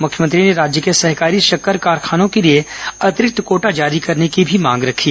मुख्यमंत्री ने राज्य के सहकारी शक्कर कारंखानों के लिए अतिरिक्त कोटा जारी करने की भी मांग रखी